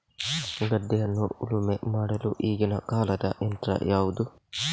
ಗದ್ದೆಯನ್ನು ಉಳುಮೆ ಮಾಡಲು ಈಗಿನ ಕಾಲದ ಯಂತ್ರ ಯಾವುದು?